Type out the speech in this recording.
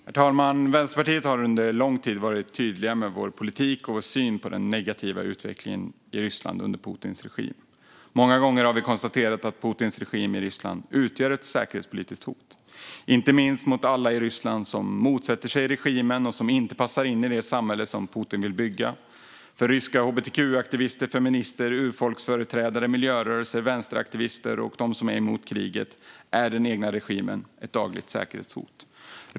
Herr talman! Vi i Vänsterpartiet har under lång tid varit tydliga med vår politik och vår syn på den negativa utvecklingen i Ryssland under Putins regim. Många gånger har vi konstaterat att Putins regim i Ryssland utgör ett säkerhetspolitiskt hot, inte minst mot alla i Ryssland som motsätter sig regimen och som inte passar in i det samhälle som Putin vill bygga. För ryska hbtq-aktivister, feminister, urfolksföreträdare, miljörörelser och vänsteraktivister och för dem som är emot kriget är den egna regimen ett dagligt säkerhetshot.